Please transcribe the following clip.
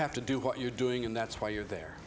have to do what you're doing and that's why you're there